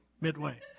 midway